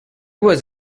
was